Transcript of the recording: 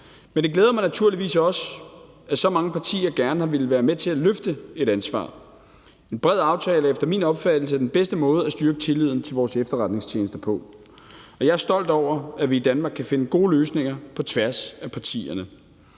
Men det glæder mig naturligvis også, at så mange partier gerne har villet være med til at løfte et ansvar. En bred aftale er efter min opfattelse den bedste måde at styrke tilliden til vores efterretningstjenester på, og jeg er stolt over, at vi i Danmark kan finde gode løsninger på tværs af partierne.